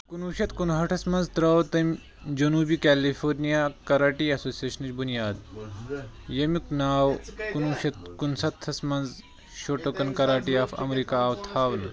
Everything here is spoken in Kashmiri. کُنوُہ شیٚتھ کُنہٲٹھس منٛز ترٲو تٔمۍ جنوٗبی کیلیفورنیا کراٹے ایسوسی ایشنٕچ بنیاد ییٚمیُک ناو کُنوُہ شیٚتھ کُنسَتَتھس منٛز شوٹوکن کراٹے آف امریکا آو تھاونہٕ